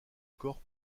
corps